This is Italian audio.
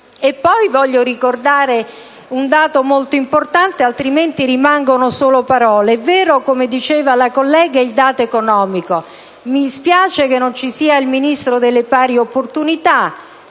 Vorrei altresì ricordare un dato molto importante, affinché non rimangano solo parole. È vero, come diceva la collega, il dato economico. Mi dispiace che non ci sia il Ministro delle pari opportunità